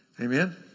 amen